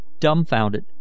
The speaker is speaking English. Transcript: dumbfounded